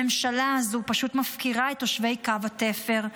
הממשלה הזו פשוט מפקירה את תושבי קו התפר,